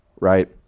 Right